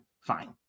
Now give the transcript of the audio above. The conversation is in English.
Fine